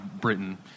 Britain